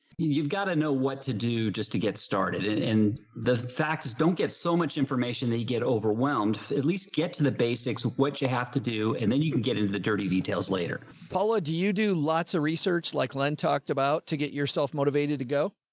you've got to know what to do just to get started and the facts don't get so much information that you get overwhelmed. at least get to the basics what you have to do and then you can get into the dirty details later. paula, do you do lots of research like len talked about to get yourself motivated to go.